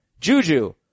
Juju